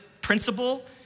principle